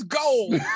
gold